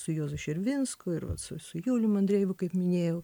su juozu širvinsku ir va su su julium andrejevu kaip minėjau